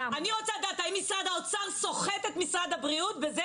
אני רוצה לדעת האם משרד האוצר סוחט את משרד הבריאות בזה